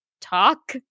talk